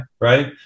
right